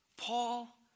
Paul